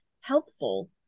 helpful